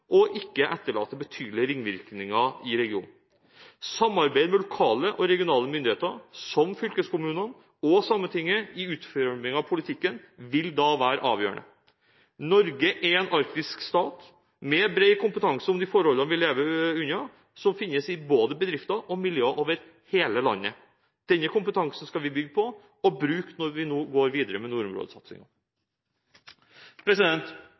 etterlate betydelige ringvirkninger i regionen. Samarbeid med lokale og regionale myndigheter, som fylkeskommunene og Sametinget, i utformingen av politikken vil da være avgjørende. Norge er en arktisk stat med bred kompetanse om de forholdene vi lever under både i bedrifter og i miljøer over hele landet. Denne kompetansen skal vi bygge på og bruke når vi nå går videre med